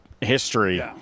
history